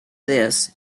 this